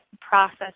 process